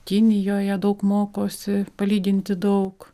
kinijoje daug mokosi palyginti daug